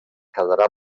quedarà